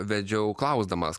vedžiau klausdamas